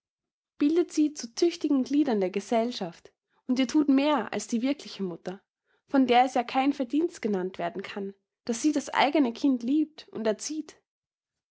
bildet sie zu tüchtigen gliedern der gesellschaft und ihr thut mehr als die wirkliche mutter von der es ja kein verdienst genannt werden kann daß sie das eigene kind liebt und erzieht